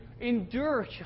endure